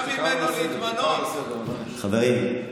חברים,